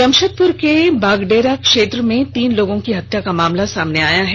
जमषेदपुर के बागडेरा क्षेत्र में तीन लोगों की हत्या का मामला सामने आया है